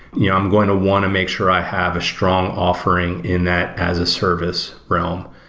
yeah ah i'm going to want to make sure i have a strong offering in that as a service realm.